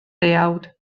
deuawd